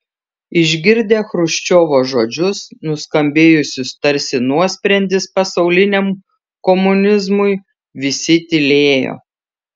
išgirdę chruščiovo žodžius nuskambėjusius tarsi nuosprendis pasauliniam komunizmui visi tylėjo